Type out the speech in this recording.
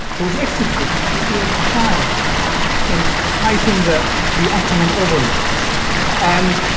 who was executed, who who was tried in fighting the the ottoman overlords and